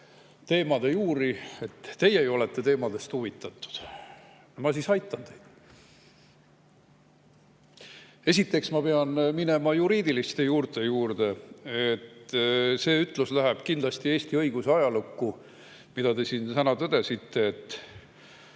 teemade juuri, aga et "teie ju olete nendest teemadest huvitatud". Ma siis aitan teda. Esiteks, ma pean minema juriidiliste juurte juurde. See ütlus läheb kindlasti Eesti õiguse ajalukku, mida te siin täna tõdesite, et